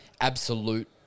absolute